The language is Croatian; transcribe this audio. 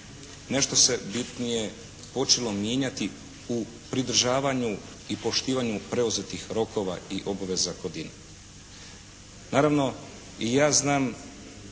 nešto se bitnije počelo mijenjati u pridržavanju i poštivanju preuzetih rokova i obveza kod